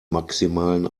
maximalen